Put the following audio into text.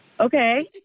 Okay